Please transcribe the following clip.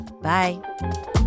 Bye